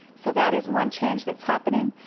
so that is one change that's happening.